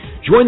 Join